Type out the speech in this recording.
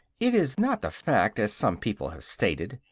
it is not the fact, as some people have stated,